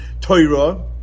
Torah